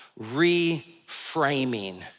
reframing